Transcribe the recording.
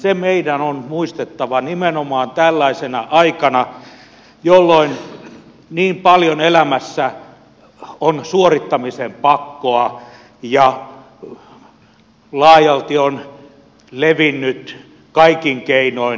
se meidän on muistettava nimenomaan tällaisena aikana jolloin niin paljon elämässä on suorittamisen pakkoa ja laajalti on levinnyt kaikin keinoin menestykseen moraali